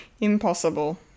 Impossible